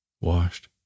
washed